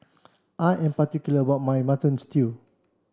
I am particular about my Mutton Stew